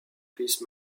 fils